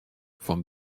fan